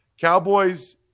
Cowboys